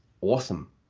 awesome